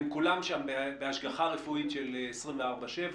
הם כולם בהשגחה רפואית של 24/7,